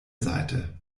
seite